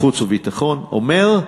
החוץ והביטחון אומר: